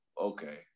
okay